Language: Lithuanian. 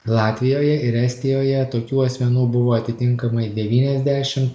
latvijoje ir estijoje tokių asmenų buvo atitinkamai devyniasdešim